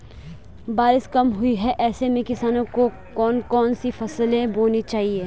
बारिश कम हुई है ऐसे में किसानों को कौन कौन सी फसलें बोनी चाहिए?